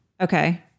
Okay